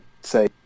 say